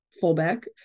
fullback